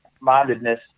mindedness